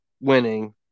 winning